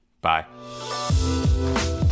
Bye